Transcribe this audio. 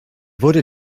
wurde